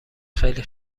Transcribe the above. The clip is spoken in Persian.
خیلی